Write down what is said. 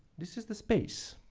this is the space.